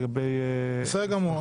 בסדר,